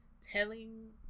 telling